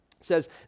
says